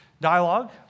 dialogue